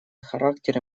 характеры